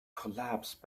collapsed